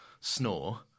snore